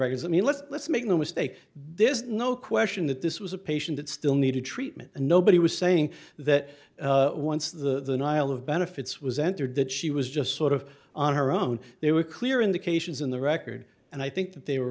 records i mean let's make no mistake there is no question that this was a patient that still needed treatment and nobody was saying that once the nihil of benefits was entered that she was just sort of on her own there were clear indications in the record and i think that they were